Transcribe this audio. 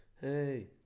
Hey